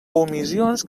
omissions